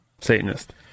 Satanist